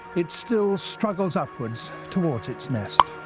it still struggles upwards towards its nest.